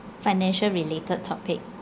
financial related topic